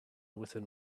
within